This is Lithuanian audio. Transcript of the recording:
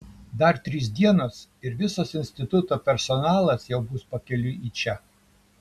dar trys dienos ir visas instituto personalas jau bus pakeliui į čia